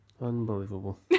Unbelievable